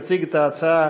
יציג את ההצעה,